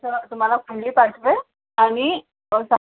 तर तुम्हाला कुंडली पाठवेल आणि